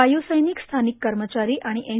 वायु सैनिक स्थानिक कर्मचारी आणि एन